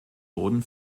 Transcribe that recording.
boden